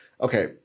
okay